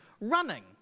running